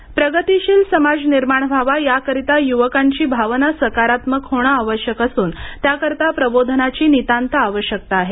वारकरी प्रगतीशील समाज निर्माण व्हावा याकरिता युवकांची भावना सकारात्मक होणे आवश्यक असून त्याकरिता प्रबोधनाची नितांत आवश्यकता आहे